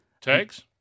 Tags